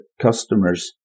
customers